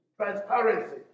Transparency